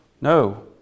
no